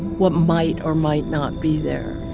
what might or might not be there.